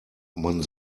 man